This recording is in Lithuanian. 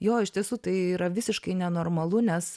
jo iš tiesų tai yra visiškai nenormalu nes